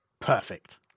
Perfect